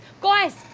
guys